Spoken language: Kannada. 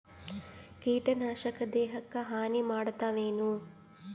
ಕೀಟನಾಶಕ ದೇಹಕ್ಕ ಹಾನಿ ಮಾಡತವೇನು?